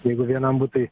jeigu vienam butui